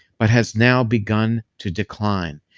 but has now begun to decline.